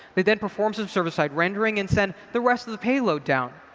they then perform some service side rendering and send the rest of the payload down.